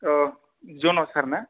औ जन' सार ना